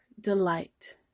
delight